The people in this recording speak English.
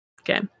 Okay